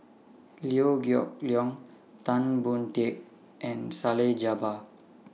Liew Geok Leong Tan Boon Teik and Salleh Japar